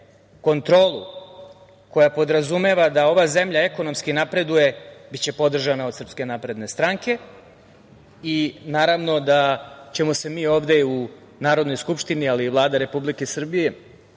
kontrolu, koja podrazumeva da ova zemlja ekonomski napreduje, biće podržana od SNS i naravno da ćemo se mi ovde u Narodnoj skupštini, ali i Vlada Republike Srbije